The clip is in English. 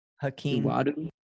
Hakeem